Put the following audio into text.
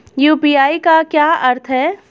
UPI का क्या अर्थ है?